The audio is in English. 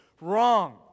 Wrong